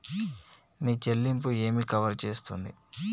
మీ చెల్లింపు ఏమి కవర్ చేస్తుంది?